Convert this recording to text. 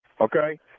Okay